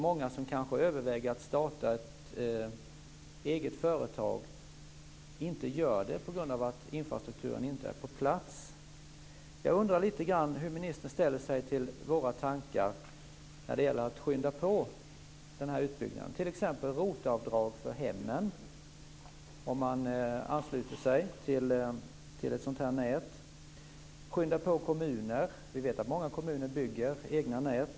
Många som överväger att starta ett eget företag kanske inte gör det på grund av att infrastrukturen inte är på plats. Jag undrar hur ministern ställer sig till våra tankar när det gäller att skynda på den här utbyggnaden. En tanke är ROT-avdrag för hemmen om man ansluter sig till ett sådant här nät. En annan är att skynda på kommunerna. Vi vet att många kommuner bygger egna nät.